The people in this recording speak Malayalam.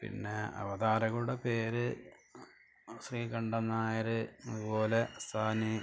പിന്നെ അവതാരകരുടെ പേര് ശ്രീകണ്ഠൻ നായര് അതുപോലെ സാനി